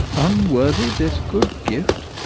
unworthy this good gift,